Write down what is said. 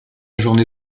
journée